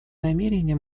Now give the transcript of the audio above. намерения